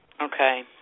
Okay